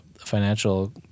Financial